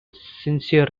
sincere